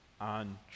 on